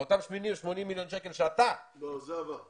ואותם 80 מיליון שקלים שאתה הצלחת להביא --- זה עבר.